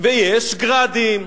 ויש "גראדים".